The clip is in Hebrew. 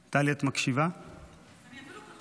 טלי, את מקשיבה?